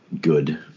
good